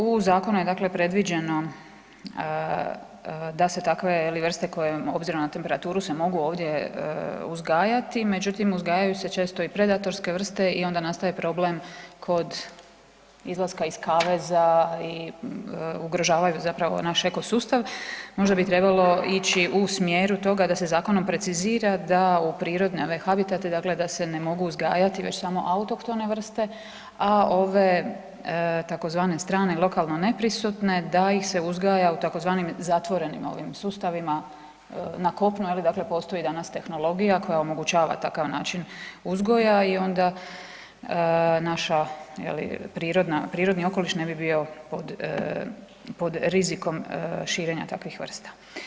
U zakonu je dakle predviđeno da se takve je li vrste koje obzirom na temperaturu se mogu ovdje uzgajati, međutim uzgajaju se često i predatorske vrste i onda nastaje problem kod izlaska iz kaveza i ugrožavaju zapravo naš eko sustav, možda bi trebalo ići u smjeru toga da se zakonom precizira da u prirodne ove habitate dakle da se ne mogu uzgajati već samo autohtone vrste, a ove tzv. strane i lokalno neprisutne da ih se uzgaja u tzv. zatvorenim ovim sustavima na kopnu je li dakle postoji danas tehnologija koja omogućava takav način uzgoja i onda naša je li prirodna, prirodni okoliš ne bi bio pod rizikom širenja takvih vrsta.